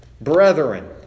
Brethren